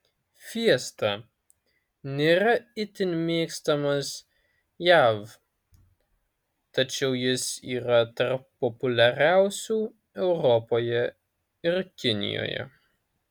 fiesta nėra itin mėgstamas jav tačiau jis yra tarp populiariausių europoje ir kinijoje